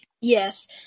Yes